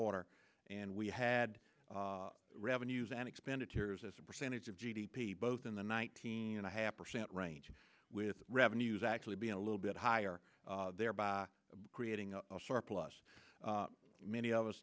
order and we had revenues and expenditures as a percentage of g d p both in the night and a half percent range with revenues actually being a little bit higher thereby creating a surplus many of us